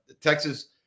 Texas